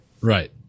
Right